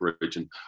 region